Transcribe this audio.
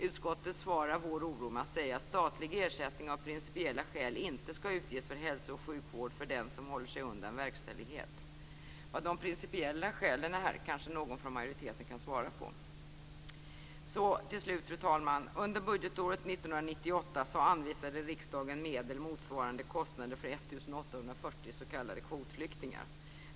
Utskottet besvarar vår oro med att säga att statlig ersättning av principiella skäl inte skall utges för hälso och sjukvård för den som håller sig undan verkställighet. Vilka de principiella skälen är, kanske någon från majoriteten kan svara på. Så till slut, fru talman. Under budgetåret 1998 anvisade riksdagen medel motsvarande kostnader för 1 840 s.k. kvotflyktingar.